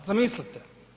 Zamislite.